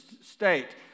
state